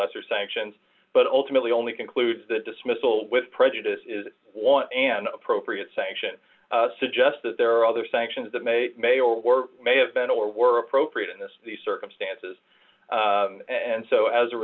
lesser sanctions but ultimately only concludes the dismissal with prejudice is want an appropriate sanction suggests that there are other sanctions that may may or may have been or were appropriate in this these circumstances and so as a